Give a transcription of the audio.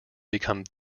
become